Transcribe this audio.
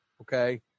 okay